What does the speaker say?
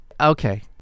Okay